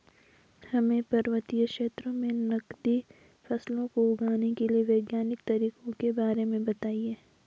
हमें पर्वतीय क्षेत्रों में नगदी फसलों को उगाने के वैज्ञानिक तरीकों के बारे में बताइये?